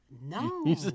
No